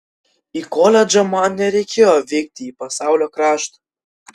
į koledžą man nereikėjo vykti į pasaulio kraštą